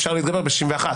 אפשר להתגבר ב-61,